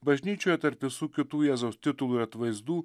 bažnyčioje tarp visų kitų jėzaus titulų atvaizdų